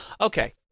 Okay